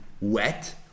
wet